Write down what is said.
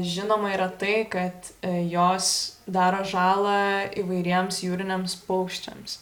žinoma yra tai kad jos daro žalą įvairiems jūriniams paukščiams